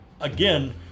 again